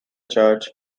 church